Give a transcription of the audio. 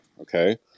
Okay